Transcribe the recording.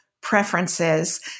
preferences